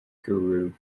guru